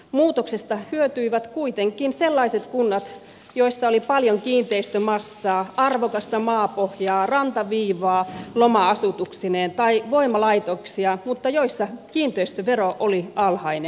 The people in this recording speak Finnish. muutoksesta hyötyivät kuitenkin sellaiset kunnat joissa oli paljon kiinteistömassaa arvokasta maapohjaa rantaviivaa loma asutuksineen tai voimalaitoksia mutta joissa kiinteistövero oli alhainen